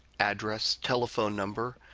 address, telephone number,